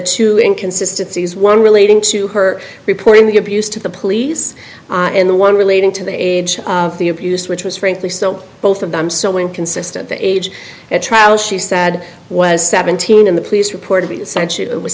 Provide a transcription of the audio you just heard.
two inconsistency is one relating to her reporting the abuse to the police in the one relating to the age of the abuse which was frankly so both of them so inconsistent the age at trial she said i was seventeen in the police report of the century it was